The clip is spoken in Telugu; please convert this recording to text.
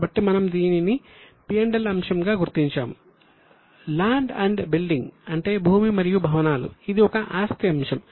కాబట్టి మనం దీనిని మైనస్ అని గుర్తించాము శాలరీస్ అంటే భూమి మరియు భవనాలు ఇది ఒక ఆస్తి అంశం